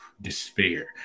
despair